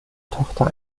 tochter